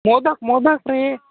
modak modak रे